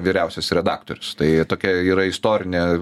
vyriausias redaktorius tai tokia yra istorinė